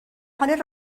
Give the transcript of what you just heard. حال